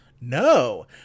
no